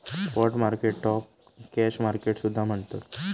spot मार्केटाक cash market सुद्धा म्हणतत